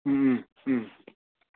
ꯎꯝ ꯎꯝ ꯎꯝ